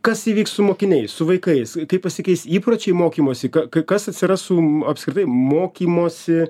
kas įvyks su mokiniais su vaikais kaip pasikeis įpročiai mokymosi kai kas atsiras su apskritai mokymosi